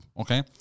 okay